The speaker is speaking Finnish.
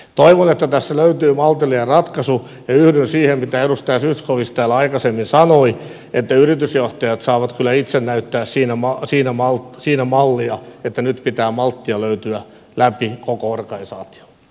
toivon että tässä löytyy maltillinen ratkaisu ja yhdyn siihen mitä edustaja zyskowicz täällä aikaisemmin sanoi että yritysjohtajat saavat kyllä itse näyttää siinä mallia että nyt pitää malttia löytyä läpi koko organisaation